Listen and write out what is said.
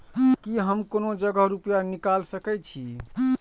की हम कोनो जगह रूपया निकाल सके छी?